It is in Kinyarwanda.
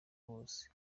bose